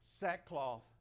Sackcloth